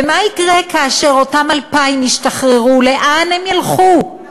ומה יקרה כאשר אותם 2,000 ישתחררו, לאן הם ילכו?